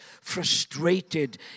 frustrated